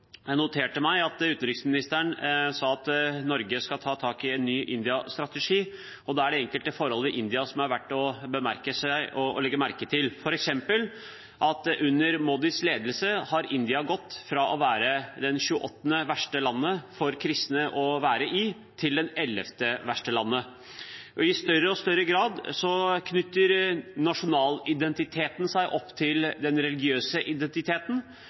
Jeg noterte meg at utenriksministeren sa at Norge skal ta tak i en ny India-strategi. Da er det enkelte forhold i India som det er verdt å legge merke til, f.eks. at under Modis ledelse har India gått fra å være det 28. verste landet for kristne å være i, til det 11. verste landet. I større og større grad knytter den nasjonale identiteten seg opp mot den religiøse identiteten.